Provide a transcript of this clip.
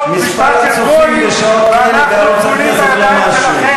אני רוצה פשוט שתבינו מה המשמעות שלה.